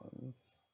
ones